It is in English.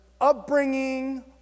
upbringing